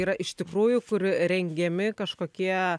yra iš tikrųjų kur rengiami kažkokie